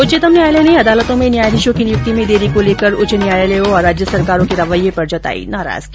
उच्चतम न्यायालय ने अदालतों में न्यायाधीशों की नियुक्ति में देरी को लेकर उच्च न्यायालयों और राज्य सरकारों के रवैये पर जताई नाराजगी